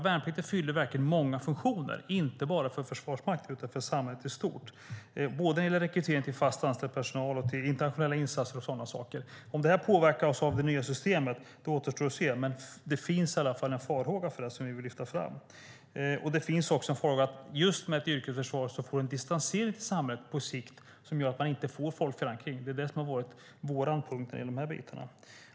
Värnplikten fyller verkligen många funktioner, inte bara för Försvarsmakten utan för samhället i stort, både när det gäller rekrytering av fast anställd personal och till internationella insatser. Om detta påverkas av det nya systemet återstår att se. Men det finns i alla fall farhågor kring det som vi vill lyfta fram. Det finns också farhågor om att man med ett yrkesförsvar får en distansering till samhället på sikt som gör att man inte får en folklig förankring, vilket har varit vår punkt när det gäller detta.